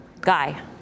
Guy